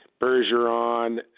Bergeron